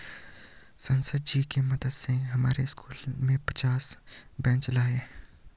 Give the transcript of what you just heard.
सांसद जी के मदद से हमारे स्कूल में पचास बेंच लाए